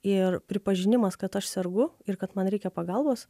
ir pripažinimas kad aš sergu ir kad man reikia pagalbos